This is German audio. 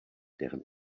deren